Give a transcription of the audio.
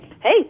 Hey